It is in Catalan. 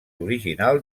original